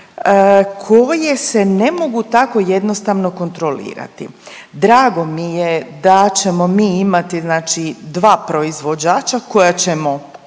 koje se ne mogu tako jednostavno kontrolirati. Drago mi je da ćemo mi imati znači dva proizvođača koja ćemo